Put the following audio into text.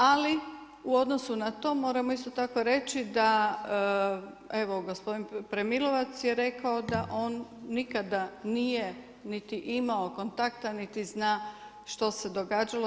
Ali u odnosu na to moramo isto tako reći da evo gospodin Premilovac je rekao da on nikada nije niti imao kontakta niti zna što se događalo.